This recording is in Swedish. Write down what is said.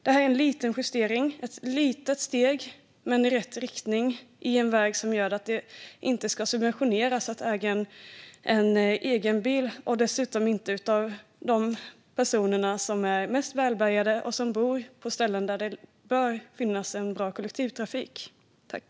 Det här är ett litet steg, men i rätt riktning, på väg mot att det inte ska subventioneras att äga en egen bil, dessutom inte för de personer som är mest välbärgade och som bor på ställen där det bör finnas bra kollektivtrafik.